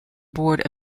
board